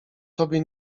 tobie